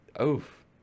Oof